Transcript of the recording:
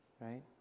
Right